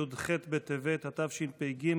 י"ח בטבת התשפ"ג,